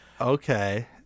Okay